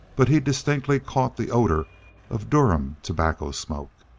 but he distinctly caught the odor of durham tobacco smoke.